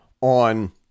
on